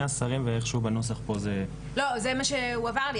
השרים ואיכשהו בנוסח פה זה --- זה מה שהועבר לי,